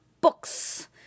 books